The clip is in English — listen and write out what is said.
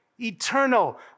eternal